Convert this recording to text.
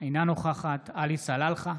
אינה נוכחת עלי סלאלחה,